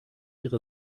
ihre